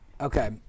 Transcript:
Okay